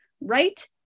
right